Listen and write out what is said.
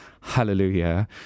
hallelujah